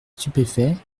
stupéfait